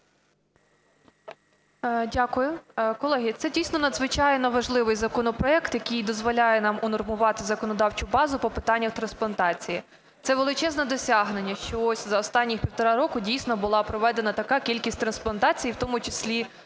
Дякую. Колеги, це дійсно надзвичайно важливий законопроект, який дозволяє нам унормувати законодавчу базу по питаннях трансплантації. Це величезне досягнення, що ось за останні півтора року дійсно була проведена така кількість трансплантацій, в тому числі